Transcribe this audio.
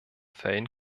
fällen